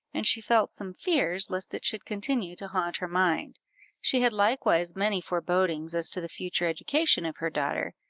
and she felt some fears lest it should continue to haunt her mind she had likewise many forebodings as to the future education of her daughter,